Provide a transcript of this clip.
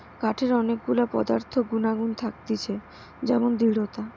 কাঠের অনেক গুলা পদার্থ গুনাগুন থাকতিছে যেমন দৃঢ়তা